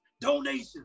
donation